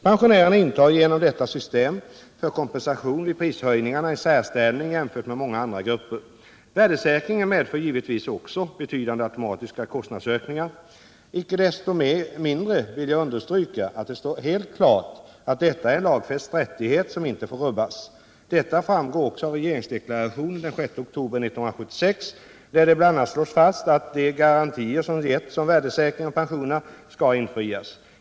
Pensionärerna intar genom detta system för kompensation vid prishöjningar en särställning jämfört med många andra grupper. Värdesäkringen medför givetvis också betydande automatiska kostnadsökningar. Icke desto mindre vill jag understryka att det står helt klart att detta är en lagfäst rättighet som inte får rubbas. Detta framgår även av regeringsdeklarationen den 6 oktober 1976, där det bl.a. slås fast att de 107 garantier som getts om värdesäkring av pensionerna skall infrias.